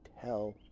tell